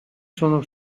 sono